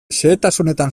xehetasunetan